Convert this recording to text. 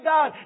God